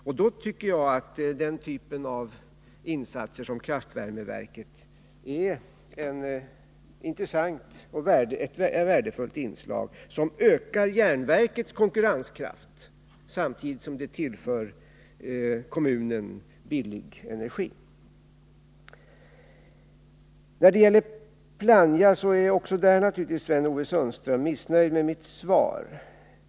Och jag tycker att den typ av insatser som kraftvärmeverket innebär är ett intressant och värdefullt inslag som ökar järnverkets konkurrenskraft samtidigt som det tillför kommunen billig energi. Även när det gäller Plannja är Sten-Ove Sundström naturligtvis missnöjd med mitt svar.